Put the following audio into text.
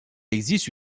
existe